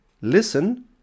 listen